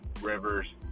Rivers